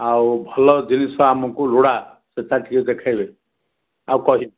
ଆଉ ଭଲ ଜିନିଷ ଆମକୁ ଲୋଡ଼ା ସେଇଟା ଟିକେ ଦେଖେଇବେ ଆଉ କହି